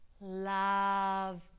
Love